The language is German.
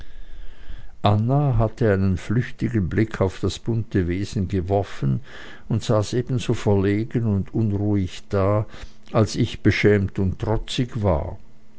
anna hatte einen flüchtigen blick auf das bunte wesen geworfen und saß ebenso verlegen und unruhig da als ich beschämt und trotzig war